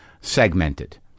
segmented